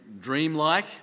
dreamlike